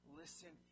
listen